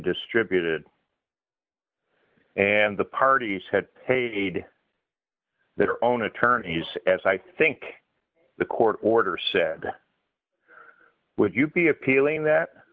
distributed and the parties had paid their own attorneys as i think the court order said would you be appealing that